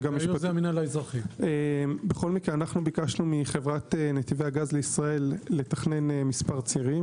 ביקשנו מחברת נתיבי הגז בישראל, לתכנן מספר צירים.